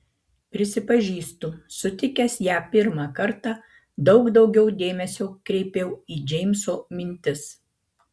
prisipažįstu sutikęs ją pirmą kartą daug daugiau dėmesio kreipiau į džeimso mintis